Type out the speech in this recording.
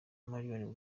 marion